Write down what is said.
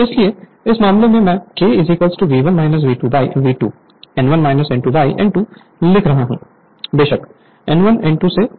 इसलिए इस मामले में मैं K V1 V2V2 N1 N2N2 लिख रहा हूं बेशक N1 N2 से अधिक है